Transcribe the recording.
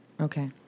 Okay